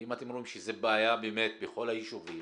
ואם אתם רואים שזו בעיה באמת בכל היישובים,